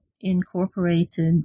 incorporated